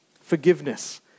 Forgiveness